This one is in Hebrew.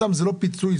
זה לא מענק,